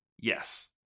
Yes